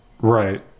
Right